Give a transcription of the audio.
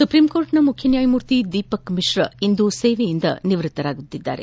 ಸುಪ್ರೀಂಕೋರ್ಟ್ನ ಮುಖ್ಯ ನ್ಯಾಯಮೂರ್ತಿ ದೀಪಕ್ ಮಿಶ್ರಾ ಇಂದು ಸೇವೆಯಿಂದ ನಿವೃತ್ತರಾಗಲಿದ್ದಾರೆ